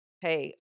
Hey